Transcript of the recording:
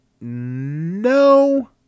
No